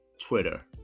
twitter